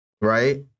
right